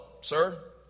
sir